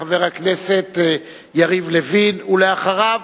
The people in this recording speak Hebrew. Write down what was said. חבר הכנסת יריב לוין, ואחריו,